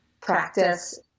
practice